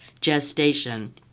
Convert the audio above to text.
gestation